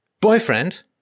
boyfriend